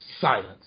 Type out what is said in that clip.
silence